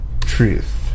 Truth